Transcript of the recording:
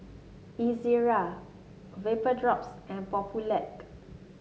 Ezerra Vapodrops and Papulex